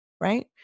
right